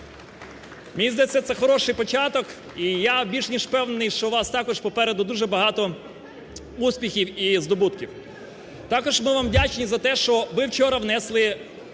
Мені здається, це хороший початок і я більш ніж впевнений, що у вас також попереду дуже багато успіхів і здобутків. Також ми вам вдячні за те, що ви вчора внесли